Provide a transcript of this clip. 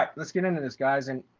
like let's get into this guys and